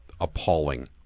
appalling